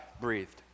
breathed